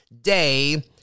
day